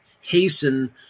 hasten